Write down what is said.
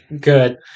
good